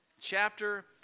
chapter